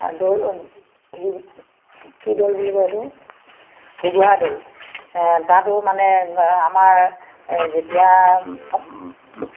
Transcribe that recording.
দৌল কি দৌল বুলি কয় এইটো ঘূগুহা দৌল তাতো মানে আমাৰ যেতিয়া